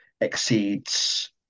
exceeds